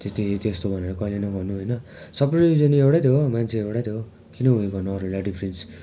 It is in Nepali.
त्यो त त्यस्तो भनेर कहिल्यै नगर्नु होइन सबै रिलिजन एउटै त हो मान्छे एउटै त हो किन उयो गर्नु अरूलाई डिफ्रेन्स